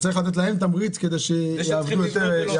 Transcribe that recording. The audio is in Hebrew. צריך לתת להם תמריץ כדי שיעבדו יותר.